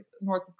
North